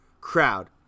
crowd